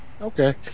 okay